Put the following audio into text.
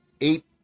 eight